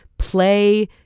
Play